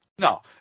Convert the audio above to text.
No